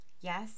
Yes